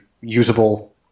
usable